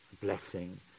blessing